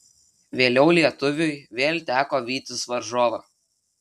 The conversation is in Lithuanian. vėliau lietuviui vėl teko vytis varžovą